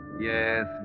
Yes